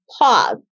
pause